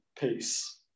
peace